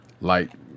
light